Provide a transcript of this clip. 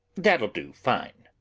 that'll do fine.